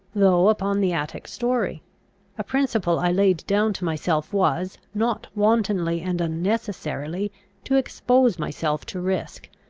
though upon the attic story a principle i laid down to myself was, not wantonly and unnecessarily to expose myself to risk,